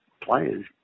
players